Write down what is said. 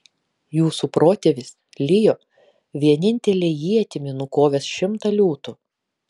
jūsų protėvis lijo vienintele ietimi nukovęs šimtą liūtų